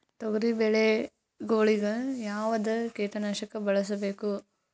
ತೊಗರಿಬೇಳೆ ಗೊಳಿಗ ಯಾವದ ಕೀಟನಾಶಕ ಬಳಸಬೇಕು?